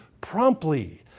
promptly